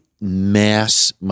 mass